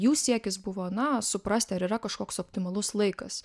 jų siekis buvo na suprasti ar yra kažkoks optimalus laikas